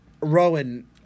Rowan